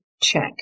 Check